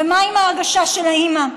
ומה עם ההרגשה של האימא?